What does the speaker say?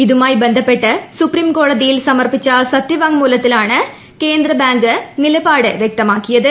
ഇതുമായി ബന്ധപ്പെട്ട് സുപ്രീര്കോടതിയിൽ സമർപ്പിച്ച സത്യവാങ്മൂലത്തിലാണ് ക്ക്ന്ദ്രബ്മാങ്ക് നിലപാട് വ്യക്തമാക്കിയത്